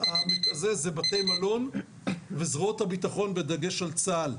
זה בתי מלון וזרועות הביטחון, בדגש על צה"ל.